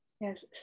Yes